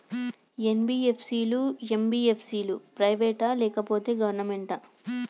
NBFC లు, MBFC లు private ఆ లేకపోతే గవర్నమెంటా?